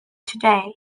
today